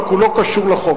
רק הוא לא קשור לחוק.